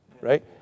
right